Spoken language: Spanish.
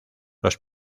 los